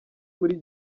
muri